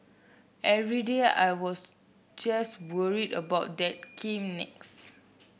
every day I was just worried about that came next